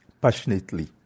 passionately